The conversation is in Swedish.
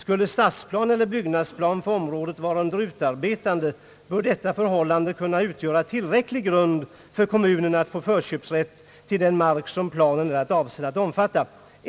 Skulle stadsplan eller byggnadsplan för området vara under utarbetande bör detta förhållande kunna utgöra tillräcklig grund för kommunen att få förköpsrätt till den mark som planen är avsedd att omfatta.